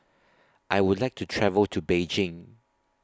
I Would like to travel to Beijing